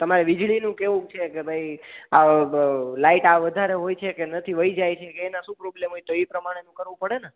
તમારે વીજળીનું કેવુંક છે કે ભઈ લાઈટ આ વધારે હોય છે કે નથી વઈ જાયે છે એને શું પ્રોબ્લમ હોય તો ઈ પ્રમાણે એનું કરું પડે ને